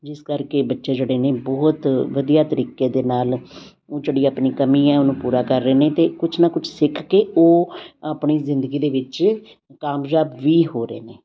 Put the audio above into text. ਜਿਸ ਕਰਕੇ ਬੱਚੇ ਜਿਹੜੇ ਨੇ ਬਹੁਤ ਵਧੀਆ ਤਰੀਕੇ ਦੇ ਨਾਲ ਜਿਹੜੀ ਆਪਣੀ ਕਮੀ ਆ ਉਹਨੂੰ ਪੂਰਾ ਕਰ ਰਹੇ ਨੇ ਅਤੇ ਕੁਛ ਨਾ ਕੁਛ ਸਿੱਖ ਕੇ ਉਹ ਆਪਣੀ ਜ਼ਿੰਦਗੀ ਦੇ ਵਿੱਚ ਕਾਮਯਾਬ ਵੀ ਹੋ ਰਹੇ ਨੇ